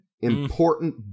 important